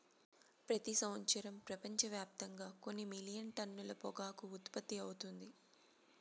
ప్రతి సంవత్సరం ప్రపంచవ్యాప్తంగా కొన్ని మిలియన్ టన్నుల పొగాకు ఉత్పత్తి అవుతుంది